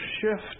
shift